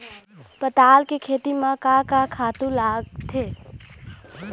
पताल के खेती म का का खातू लागथे?